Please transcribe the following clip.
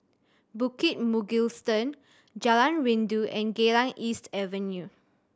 Bukit Mugliston Jalan Rindu and Geylang East Avenue